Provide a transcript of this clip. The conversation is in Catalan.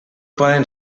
poden